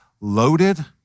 loaded